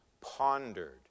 pondered